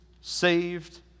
saved